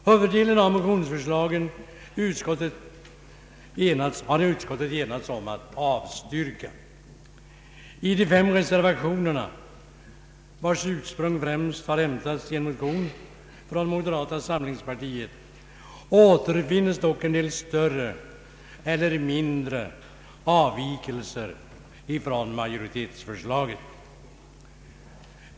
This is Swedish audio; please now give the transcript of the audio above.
Huvuddelen av motionsförslagen har utskottet enat sig om att avstyrka. I de fem reservationerna vilkas ursprung främst härrör från en motion från moderata samlingspartiet återfinns dock en del större eller mindre avvikelser från majoritetsförslaget.